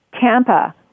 Tampa